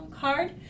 card